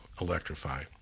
electrify